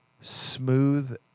smooth